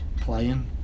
playing